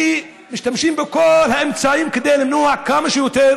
ומשתמשים בכל האמצעים כדי למנוע כמה שיותר